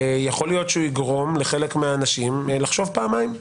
יכול להיות שהוא יגרום לחלק מהאנשים לחשוב פעמיים.